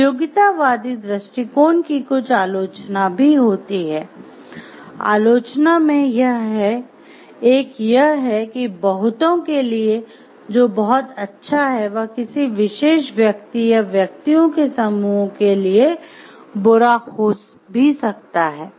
उपयोगितावादी दृष्टिकोण की कुछ आलोचना भी होती है आलोचना में एक यह है कि बहुतों के लिए जो बहुत अच्छा है वह किसी विशेष व्यक्ति या व्यक्तियों के समूह के लिए बुरा हो भी सकता है